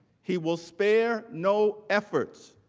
he will spare no effort,